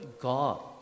God